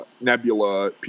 Nebula